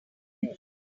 best